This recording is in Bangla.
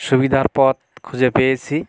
সুবিধার পথ খুঁজে পেয়েছি